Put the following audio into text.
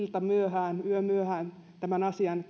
yömyöhään yömyöhään tämän asian